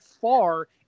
far